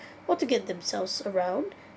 or to get themselves around